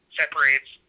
separates